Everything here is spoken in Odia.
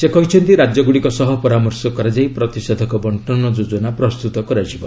ସେ କହିଛନ୍ତି ରାଜ୍ୟଗୁଡ଼ିକ ସହ ପରାମର୍ଶ କରାଯାଇ ପ୍ରତିଷେଧକ ବର୍ଷନ ଯୋଜନା ପ୍ରସ୍ତୁତ କରାଯିବ